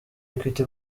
equity